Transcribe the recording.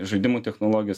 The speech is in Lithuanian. žaidimų technologijos